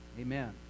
Amen